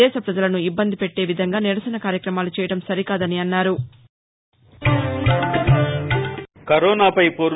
దేశ ప్రజలను ఇబ్బంది పెట్టేవిధంగా నిరసన కార్యక్రమాలు చేయడం సరికాదన్నారు